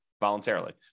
voluntarily